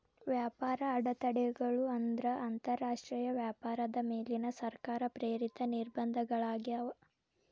ವ್ಯಾಪಾರ ಅಡೆತಡೆಗಳು ಅಂದ್ರ ಅಂತರಾಷ್ಟ್ರೇಯ ವ್ಯಾಪಾರದ ಮೇಲಿನ ಸರ್ಕಾರ ಪ್ರೇರಿತ ನಿರ್ಬಂಧಗಳಾಗ್ಯಾವ